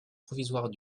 provisoire